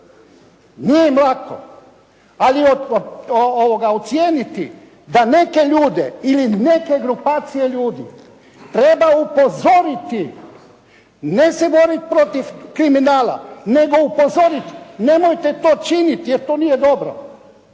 Nije im lako, ali ocijeniti da neke ljude ili neke grupacije ljudi treba upozoriti, ne se boriti protiv kriminala, nego upozoriti nemojte to činiti, jer to nije dobro.